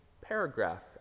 paragraph